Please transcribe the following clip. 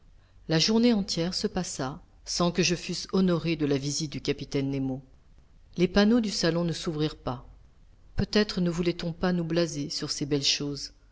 la journée entière se passa sans que je fusse honoré de la visite du capitaine nemo les panneaux du salon ne s'ouvrirent pas peut-être ne voulait-on pas nous blaser sur ces belles choses